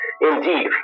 indeed